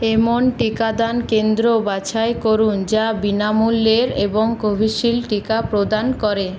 এমন টিকাদান কেন্দ্র বাছাই করুন যা বিনামূল্যের এবং কোভিশিল্ড টিকা প্রদান করে